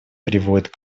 приводит